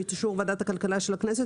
ובאישור ועדת הכלכלה של הכנסת,